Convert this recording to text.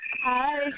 Hi